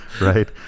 Right